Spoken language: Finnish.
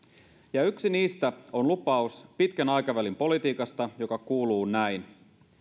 yksi niistä on lupaus pitkän aikavälin politiikasta joka kuuluu näin